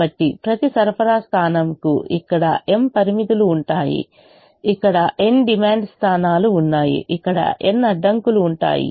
కాబట్టి ప్రతి సరఫరా స్థానం కు ఇక్కడ m పరిమితులు ఉంటాయి ఇక్కడ n డిమాండ్ స్థానాలు ఉన్నాయి ఇక్కడ n అడ్డంకులు ఉంటాయి